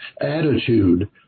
attitude